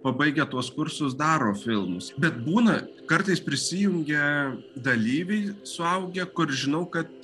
pabaigę tuos kursus daro filmus bet būna kartais prisijungia dalyviai suaugę kur žinau kad